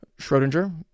Schrodinger